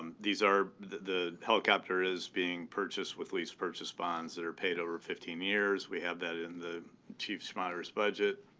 these are the helicopter is being purchased with lease purchase bonds that are paid over fifteen years. we have that in the chief schmaderer budget,